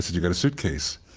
you got a suitcase.